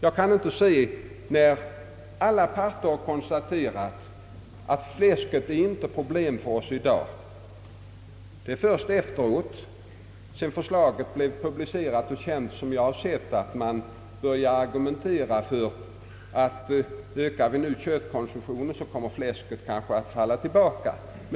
Alla parter har ju konstaterat att fläsket inte är något problem för oss i dag. Det är först sedan propositionsförslaget blev publicerat och känt som jag sett att man börjat argumentera på det sättet att om vi ökar köttkonsumtionen så kommer kanske fläskåtgången att minska.